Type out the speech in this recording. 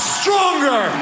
stronger